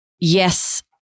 Yes